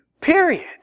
period